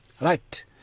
Right